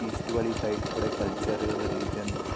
East ਵਾਲੀ side ਥੋੜ੍ਹੇ culture religion